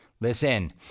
Listen